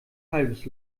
halbes